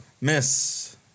Miss